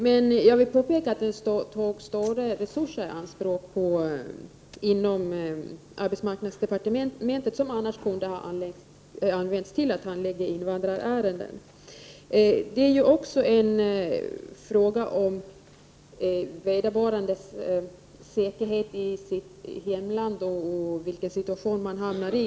Men jag vill påpeka att det inom arbetsmarknadsdepartementet togs stora resurser i anspråk som annars kunde ha använts till att handlägga invandrarärenden. Det är ju också en fråga om vederbörandes säkerhet i sitt hemland och vilken situation man hamnar i.